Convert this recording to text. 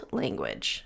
language